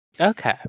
Okay